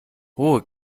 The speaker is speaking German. ruhe